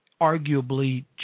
arguably